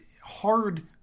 hard